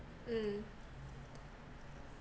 mm